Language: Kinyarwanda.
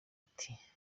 ati